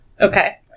Okay